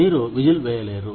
మీరు విజిల్ వేయలేరు